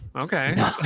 okay